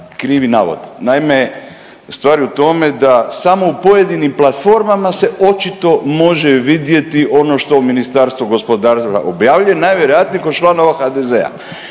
krivi navod. Naime, stvar je u tome da samo u pojedinim platformama se očito može vidjeti ono što u Ministarstvu gospodarstva objavljuje najvjerojatnije kod članova HDZ-a.